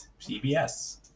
CBS